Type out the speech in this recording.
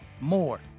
more